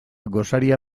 gosaria